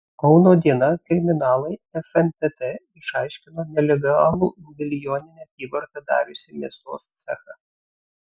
kauno diena kriminalai fntt išaiškino nelegalų milijoninę apyvartą dariusį mėsos cechą